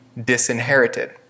disinherited